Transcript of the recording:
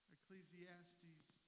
Ecclesiastes